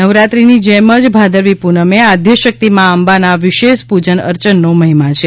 નવરાત્રિની જેમ જ ભાદરવી પૂનમે આદ્યશક્તિ મા અંબાના વિશેષ પૂજન અર્ચનનો મહિમા છે